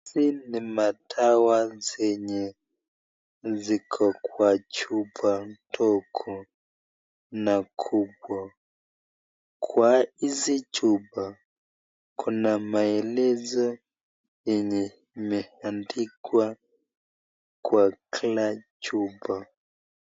Hizi ni madawa zenye ziko kwa chpa ndogo na kubwa kwa hizi chupa kuna maelezo yenye imewekwa kwa Kila chupa.